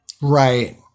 right